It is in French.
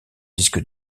disques